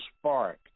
spark